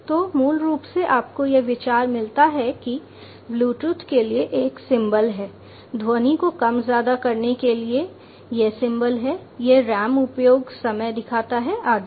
तो मूल रूप से आपको यह विचार मिलता है कि ब्लूटूथ के लिए एक सिंबल है ध्वनि को कम ज्यादा करने के लिए यह सिंबल है यह RAM उपयोग समय दिखाता है आदि